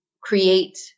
create